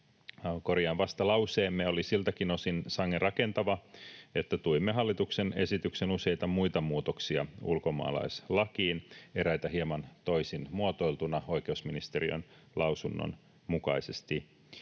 Vastalauseemme oli siltäkin osin sangen rakentava, että tuimme hallituksen esityksen useita muita muutoksia ulkomaalaislakiin, eräitä hieman toisin muotoiltuina oikeusministeriön lausunnon mukaisesti.